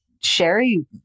Sherry